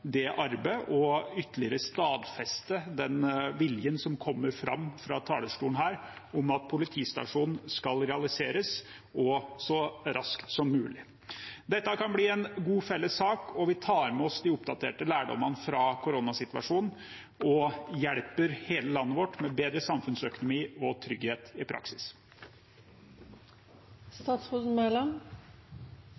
ytterligere stadfeste den viljen som kommer fram fra talerstolen her, til at politistasjonen skal realiseres, og så raskt som mulig. Dette kan bli en god felles sak, og vi tar med oss de oppdaterte lærdommene fra koronasituasjonen og hjelper hele landet vårt med bedre samfunnsøkonomi og trygghet i